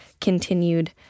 continued